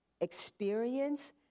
experience